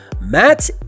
Matt